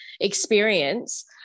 experience